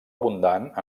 abundant